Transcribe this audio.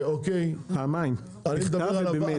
פעמיים בכתב ובמייל.